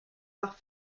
nach